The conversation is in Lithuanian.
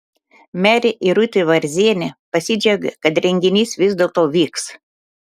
merė irutė varzienė pasidžiaugė kad renginys vis dėlto vyks